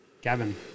Gavin